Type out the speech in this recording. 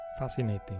fascinating